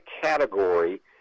category